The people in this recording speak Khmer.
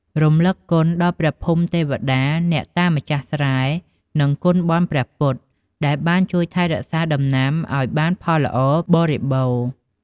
រំឭកគុណ ដល់ព្រះភូមិទេវតា អ្នកតាម្ចាស់ស្រែ និងគុណបុណ្យព្រះពុទ្ធ ដែលបានជួយថែរក្សាដំណាំឱ្យបានផលល្អបរិបូរណ៍។